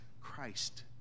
Christ